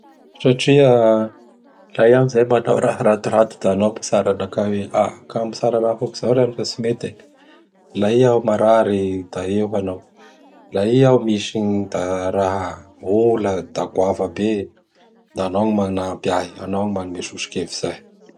Satria laha iaho zay manao raha ratirat y da anao pitsara anakahy izay hoe, Ka mitsara raha hôkizay riano fa tsy mety e. La i iaho marary da eo hanao. La i iaho gn da raha ola da goava be; da anao gny manampy ahy, anao gny manome soso-kevitsy ahy.